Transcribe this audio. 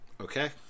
Okay